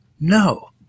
No